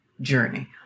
journey